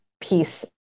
piece